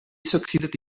succeeded